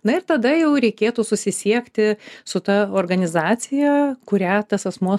na ir tada jau reikėtų susisiekti su ta organizacija kurią tas asmuo